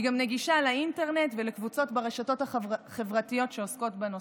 היא גם נגישה לאינטרנט ולקבוצות ברשתות החברתיות שעוסקות בנושא.